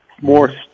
more